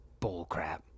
bullcrap